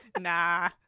Nah